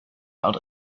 out